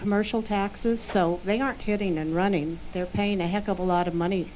commercial taxes so they are hitting and running they're paying a heck of a lot of money